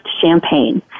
champagne